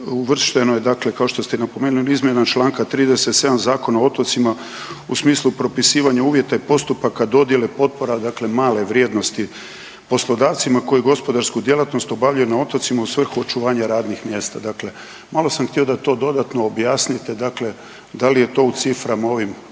uvršteno je kao što ste i napomenuli u izmjenama čl. 37. Zakona o otocima u smislu propisivanja uvjeta i postupaka dodjele potpora male vrijednosti poslodavcima koji gospodarsku djelatnost obavljaju na otocima u svrhu očuvanja radnih mjesta. Dakle, malo sam htio da to dodatno objasnite, dakle da li je to u ciframa ovim recimo